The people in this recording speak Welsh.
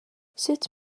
sut